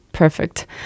Perfect